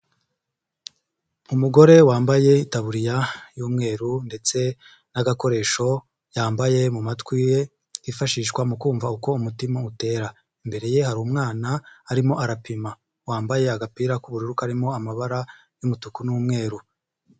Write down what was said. Umugore wambaye itaburiya y'umweru ndetse n'agakoresho, yambaye mu matwi ye kifashishwa mu kumva uko umutima utera, imbere ye hari umwana arimo arapima, wambaye agapira k'ubururu karimo amabara y'umutuku n'umweru.